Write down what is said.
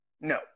No